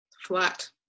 flat